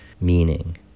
meaning